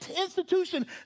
institution